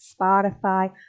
Spotify